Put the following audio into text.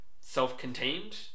self-contained